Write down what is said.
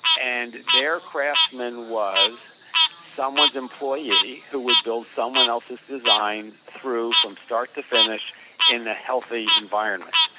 and their craftsman was someone's employee who would build someone else's design through from start to finish in the healthy environment.